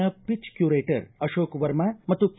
ನ pitch curator Ashok Varma ಮತ್ತು K